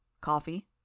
Coffee